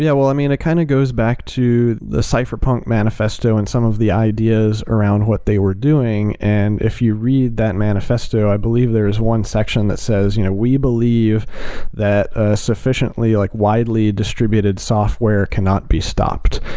yeah. well, i mean, it kind of goes back to the cypherpunk manifesto and some of the ideas around what they were doing. and if you read that manifesto, i believe there is one section that says, you know we believe that ah sufficiently, like widely distributed software cannot be stopped.